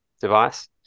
device